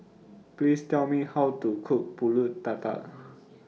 Please Tell Me How to Cook Pulut Tatal